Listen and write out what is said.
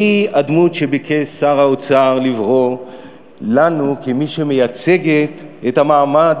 והיא הדמות שביקש שר האוצר לברוא לנו כמי שמייצגת את המעמד